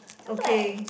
okay